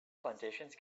plantations